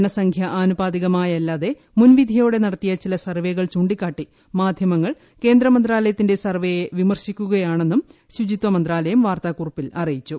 ജനസംഖ്യാ ആനുപാതികമായല്ലാതെ മുൻവിധിയോടെ നടത്തിയ ചില സർവ്വെകൾ ചൂണ്ടിക്കാട്ടി ്മാധ്യമങ്ങൾ കേന്ദ്ര മന്ത്രാലയത്തിന്റെ സർവ്വെയെ വിമർശിക്കുകയാണെന്നും ശുചിത്വ മന്ത്രാലയം വാർത്താക്കുറിപ്പിൽ അറീയിച്ചു